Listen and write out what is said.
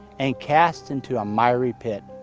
and cast into a miry pit.